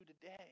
today